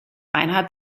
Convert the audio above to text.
reinhardt